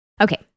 Okay